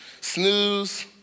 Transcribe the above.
snooze